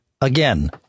again